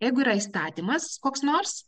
jeigu yra įstatymas koks nors